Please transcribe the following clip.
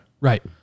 Right